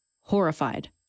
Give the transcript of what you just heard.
horrified